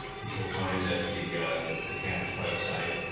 which you'll find at yeah the the caps website,